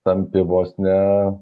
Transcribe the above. tampi vos ne